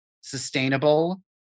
sustainable